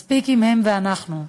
מספיק עם "הם" ו"אנחנו".